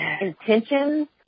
intentions